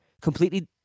completely